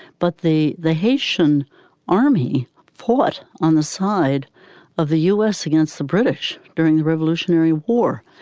but the the haitian army fought on the side of the u s. against the british during the revolutionary war.